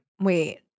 Wait